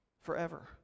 forever